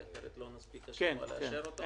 כי אחרת לא נספיק לאשר אותו.